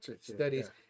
studies